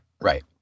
right